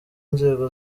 nzego